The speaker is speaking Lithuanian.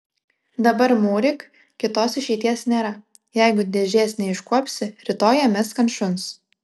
dabar mūryk kitos išeities nėra jeigu dėžės neiškuopsi rytoj ją mesk ant šuns